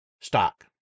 stock